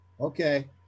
okay